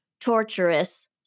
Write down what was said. torturous